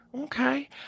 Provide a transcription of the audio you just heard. Okay